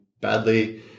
badly